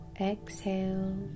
exhale